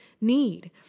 need